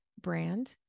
brand